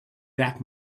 back